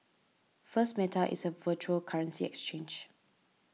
first Meta is a virtual currency exchange